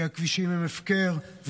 כי הכבישים הם הפקר.